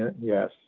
yes